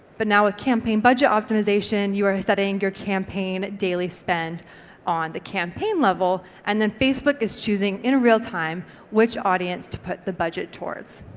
but now with ah campaign budget optimisation, you are setting your campaign daily spend on the campaign level and then facebook is choosing in a real time which audience to put the budget towards.